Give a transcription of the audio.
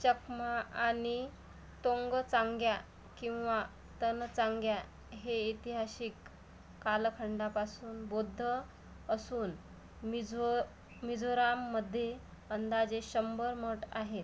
चकमा आणि तोंगचांग्या किंवा तनचांग्या हे ऐतिहासिक कालखंडापासून बौद्ध असून मिझो मिझोराममध्ये अंदाजे शंभर मठ आहेत